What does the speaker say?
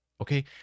Okay